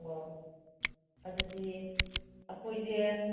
ꯑꯣ ꯑꯗꯨꯗꯤ ꯑꯩꯈꯣꯏꯁꯦ